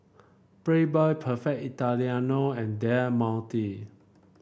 Playboy Perfect Italiano and Del Monte